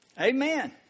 Amen